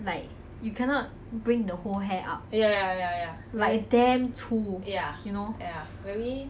like you cannot bring the whole hair out like damn 粗